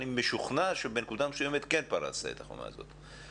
אני משוכנע שבנקודה מסוימת כן פרצת את החומה הזאת.